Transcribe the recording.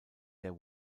der